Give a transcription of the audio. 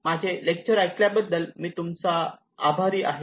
माझे लेक्चर ऐकल्या बद्दल मी तुमचा आभारी आहे